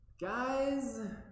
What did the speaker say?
Guys